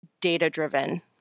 data-driven